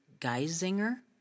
Geisinger